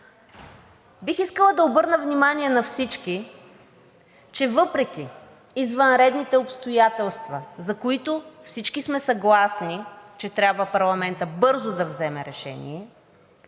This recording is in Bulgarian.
Бих искала да обърна внимание на всички, че въпреки извънредните обстоятелства, за които всички сме съгласни, че трябва парламентът бързо да вземе решение,